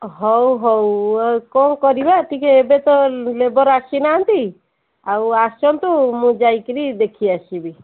ହଉ ହଉ ଆଉ କ'ଣ କରିବା ଟିକେ ଏବେ ତ ଲେବର ଆସିନାହାନ୍ତି ଆଉ ଆସନ୍ତୁ ମୁଁ ଯାଇକରି ଦେଖିଆସିବି